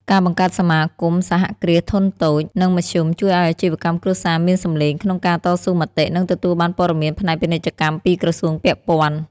ការបង្កើតសមាគមសហគ្រាសធុនតូច និងមធ្យម ជួយឱ្យអាជីវកម្មគ្រួសារមានសំឡេងក្នុងការតស៊ូមតិ និងទទួលបានព័ត៌មានផ្នែកពាណិជ្ជកម្មពីក្រសួងពាក់ព័ន្ធ។